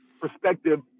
perspective